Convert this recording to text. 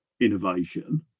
innovation